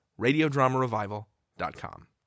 radiodramarevival.com